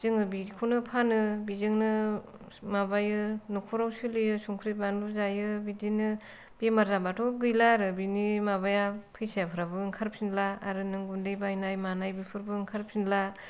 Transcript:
जोङो बिदिखौनो फानो बेजोंनो माबायो नखराव सोलियो संख्रि बानलु जायो बिदिनो बेमार जाबाथ' गैला आरो बेनि माबाया फैसाफ्राबो ओंखारफिनला आरो नों गुन्दै बायनाय थानाय बेफोरबो ओंखारफिनला